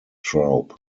troupe